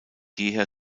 jeher